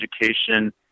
education